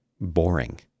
boring